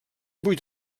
vuit